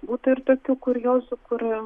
būta ir tokių kuriozų kur